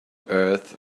earth